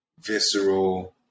visceral